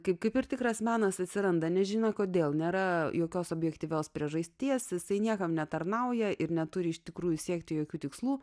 kaip ir tikras menas atsiranda nežinia kodėl nėra jokios objektyvios priežasties jisai niekam netarnauja ir neturi iš tikrųjų siekti jokių tikslų